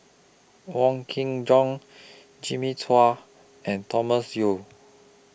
Wong Kin Jong Jimmy Chua and Thomas Yeo